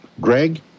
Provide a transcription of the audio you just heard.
Greg